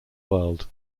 world